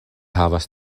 havas